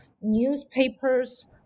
newspapers